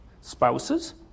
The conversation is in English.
Spouses